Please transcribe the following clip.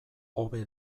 hobe